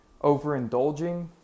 overindulging